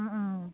অঁ অঁ